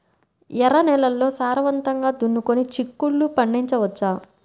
ఎర్ర నేలల్లో సారవంతంగా దున్నుకొని చిక్కుళ్ళు పండించవచ్చు